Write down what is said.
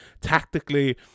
tactically